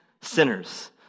sinners